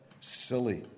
silly